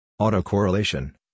Autocorrelation